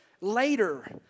later